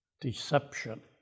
deception